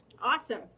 Awesome